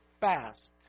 fast